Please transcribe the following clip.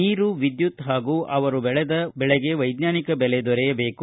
ನೀರು ವಿದ್ಯುತ್ ಹಾಗೂ ಅವರ ಬೆಳೆಗೆ ವೈಜ್ವಾನಿಕ ಬೆಲೆ ದೊರೆಯಬೇಕು